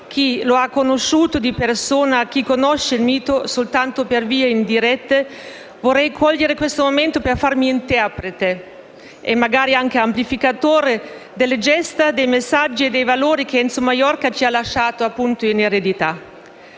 chi lo ha conosciuto di persona e chi ne conosce il mito soltanto per vie indirette, vorrei cogliere questo momento per farmi interprete e magari anche amplificatore delle gesta, dei messaggi e dei valori che Enzo Maiorca ci ha lasciato in eredità.